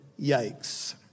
yikes